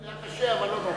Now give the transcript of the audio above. היה קשה, אבל לא נורא.